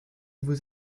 vous